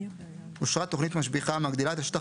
אושרה תוכנית משביחה המגדילה את השטח